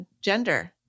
gender